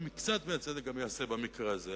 שמקצת הצדק ייעשה גם במקרה הזה.